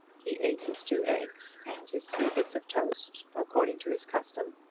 he ate his two eggs and his three bits of toast, according to his custom,